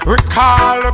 Recall